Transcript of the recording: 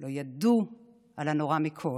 לא ידעו על הנורא מכול.